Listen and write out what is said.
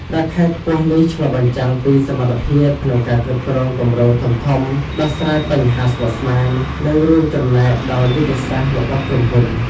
ប្រាក់ខែខ្ពស់នេះឆ្លុះបញ្ចាំងពីសមត្ថភាពក្នុងការគ្រប់គ្រងគម្រោងធំៗ ដោះស្រាយបញ្ហាស្មុគស្មាញ និងរួមចំណែកដល់យុទ្ធសាស្ត្ររបស់ក្រុមហ៊ុន។